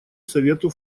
совету